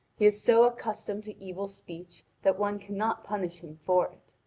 he is so accustomed to evil speech that one cannot punish him for it.